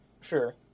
sure